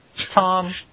Tom